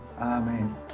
Amen